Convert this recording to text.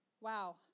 wow